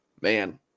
man